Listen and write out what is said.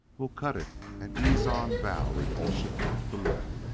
we'll cut it and ease on bow repulsion to the limit.